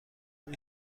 این